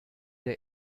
der